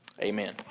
Amen